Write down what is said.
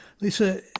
Lisa